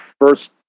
first